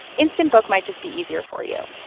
instant book might just be easier for you.